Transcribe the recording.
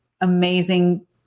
amazing